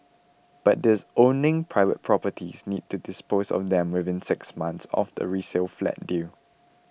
but these owning private properties need to dispose of them within six months of the resale flat deal